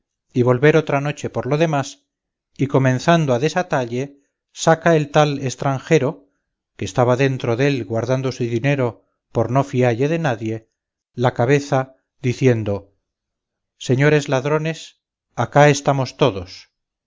y volver otra noche por lo demás y comenzando a desatalle saca el tal estranjero que estaba dentro dél guardando su dinero por no fialle de nadie la cabeza diciendo señores ladrones acá estamos todos